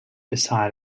beside